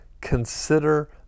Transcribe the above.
Consider